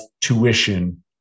tuition